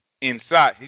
inside